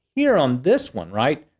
here on this one, right?